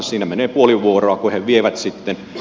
siinä menee puoli vuoroa kun he vievät sitten